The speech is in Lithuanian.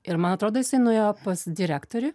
ir man atrodo jisai nuėjo pas direktorių